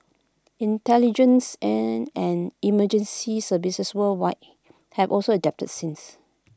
intelligence and emergency services worldwide have also adapted since